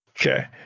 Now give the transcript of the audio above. okay